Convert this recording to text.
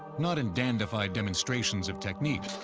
not in dandified demonstrations of technique,